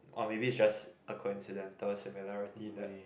or maybe it's just a coincidental similarity that